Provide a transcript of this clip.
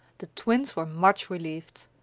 the twins were much relieved.